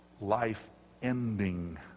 life-ending